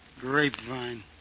Grapevine